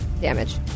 damage